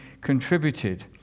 contributed